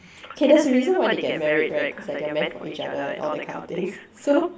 K there's a reason why they get married right cause like they're meant for each other and all that kind of things so